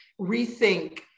rethink